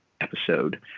episode